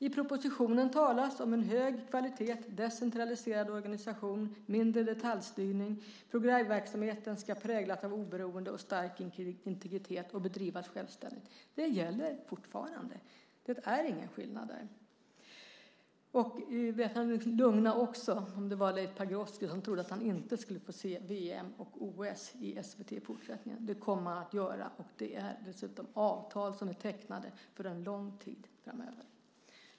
I propositionen talas om en hög kvalitet, decentraliserad organisation, mindre detaljstyrning och om att programverksamheten ska präglas av oberoende och stark integritet och bedrivas självständigt. Det gäller fortfarande. Det är ingen skillnad där. För att lugna - om det nu var Leif Pagrotsky som trodde att han inte skulle få se OS och VM i SVT i fortsättningen - kan jag säga att det kommer han att kunna göra. Det är dessutom avtal som är tecknade för en lång tid framöver.